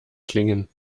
klingen